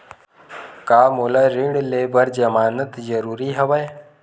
का मोला ऋण ले बर जमानत जरूरी हवय?